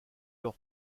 leur